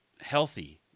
healthy